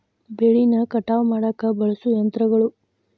ಬೆಳಿನ ಕಟಾವ ಮಾಡಾಕ ಬಳಸು ಯಂತ್ರಗಳು